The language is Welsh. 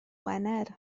wener